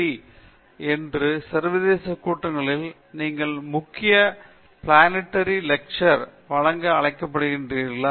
ஒரு சர்வதேச மாநாட்டில் ASME அல்லது IEEE என்று ஒரு சர்வதேச கூட்டத்தில் நீங்கள் முக்கிய ப்ளண்டரி லெக்சார் யை வழங்க அழைக்கப்பட்டிருக்கிறீர்களா